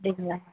அப்படிங்களா